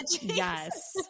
Yes